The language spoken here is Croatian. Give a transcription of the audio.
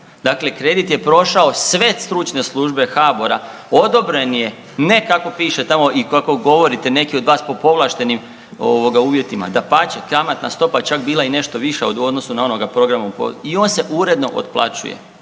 dakle kredit je prošao sve stručne službe HBOR-a odobren je ne kako piše tamo i kako govorite neki od vas po povlaštenim uvjetima, dapače, kamatna stopa čak je bila i nešto viša u odnosu na onoga … i on se uredno otplaćuje,